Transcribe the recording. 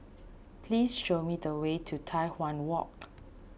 please show me the way to Tai Hwan Walk